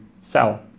sell